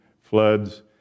floods